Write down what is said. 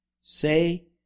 say